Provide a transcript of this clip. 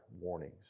warnings